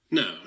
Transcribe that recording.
no